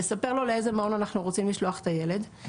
לספר לו לאיזה מעון אנחנו רוצים לשלוח את הילד,